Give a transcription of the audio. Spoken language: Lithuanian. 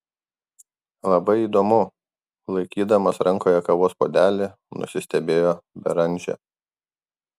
labai įdomu laikydamas rankoje kavos puodelį nusistebėjo beranžė